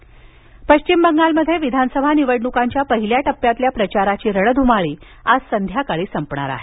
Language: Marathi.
बंगाल पश्चिम बंगालमध्ये विधानसभा निवडणुकांच्या पहिल्या टप्प्यातील प्रचाराची रणधुमाळी आज संध्याकाळी संपणार आहे